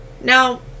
Now